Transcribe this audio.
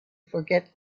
forget